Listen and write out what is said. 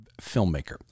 filmmaker